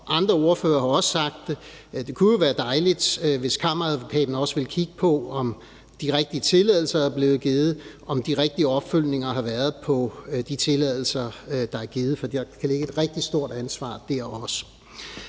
Andre ordførere har også sagt, at det jo kunne være dejligt, hvis Kammeradvokaten også ville kigge på, om de rigtige tilladelser er blevet givet, og om de rigtige opfølgninger har været der på de tilladelser, der er givet. For der kan ligge et rigtig stort ansvar dér.